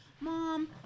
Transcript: mom